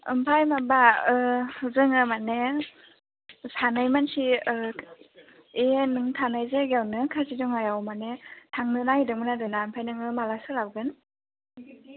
आमफ्राय माबा ओ जोङो मानि सानै मानसि ओ बे नों थानाय जायगायावनो काजिरङायाव मानि थांनो नागिरदोंमोन आरोना आमफ्राय नोङो माला सोलाबगोन